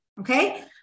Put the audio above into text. Okay